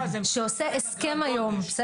שעושה היום הסכם עם הדסה,